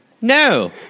No